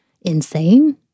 insane